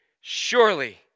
Surely